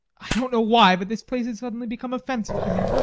i don't know why, but this place has suddenly become offensive to me.